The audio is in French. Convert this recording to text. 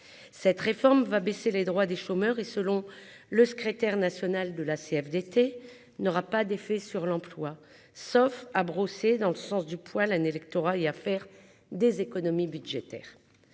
cette réforme va baisser les droits des chômeurs et, selon le secrétaire national de la CFDT n'aura pas d'effet sur l'emploi, sauf à brosser dans le sens du poil un électorat et à faire des économies budgétaires,